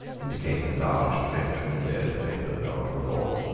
indicating a large french window that opened on to a lawn.